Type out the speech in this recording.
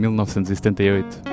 1978